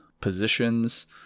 positions